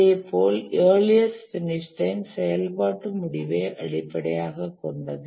இதேபோல் earliest finish time செயல்பாட்டு முடிவை அடிப்படையாகக் கொண்டது